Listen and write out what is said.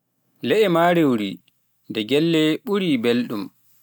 le'e marori nde gelle mɓuri belɗum.